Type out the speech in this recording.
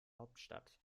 hauptstadt